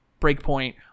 Breakpoint